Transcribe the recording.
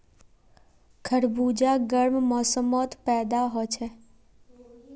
खरबूजा गर्म मौसमत पैदा हछेक